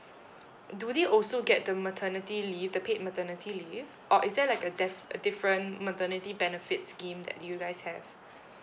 do they also get the maternity leave the paid maternity leave or is there like a defi~ a different maternity benefits scheme that you guys have